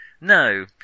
No